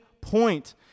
point